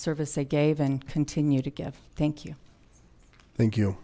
service they gave and continue to give thank you thank you